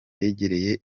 yegereye